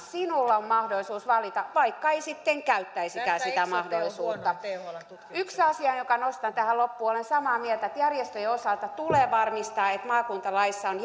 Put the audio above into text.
että sinulla on mahdollisuus valita vaikka tämä ei sitten käyttäisikään sitä mahdollisuutta yksi asia jonka nostan tähän loppuun olen samaa mieltä että järjestöjen osalta tulee varmistaa että maakuntalaissa on